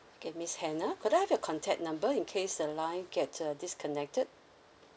okay miss hannah could I have your contact number in case the line get uh disconnected